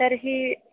तर्हि